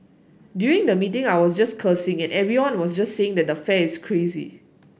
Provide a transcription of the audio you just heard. during the meeting I was just cursing and everyone was just saying that the fare is crazy